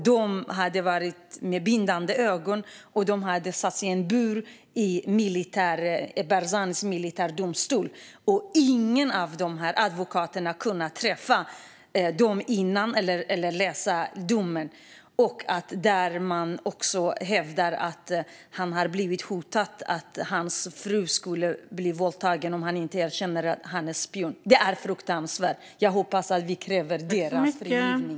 De hade förbundna ögon och sattes i en bur i Barzanis militärdomstol. Ingen av advokaterna fick träffa dem innan eller läsa domen. Man hävdar också att Sherwan Sherwani blivit hotad med att hans fru skulle bli våldtagen om han inte erkände att han är spion. Det är fruktansvärt. Jag hoppas att vi kräver deras frigivning.